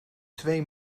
twee